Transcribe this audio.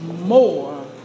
more